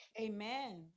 Amen